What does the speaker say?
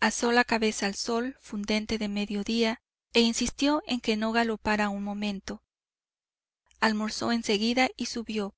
alzó la cabeza al sol fundente de mediodía e insistió en que no galopara un momento almorzó en seguida y subió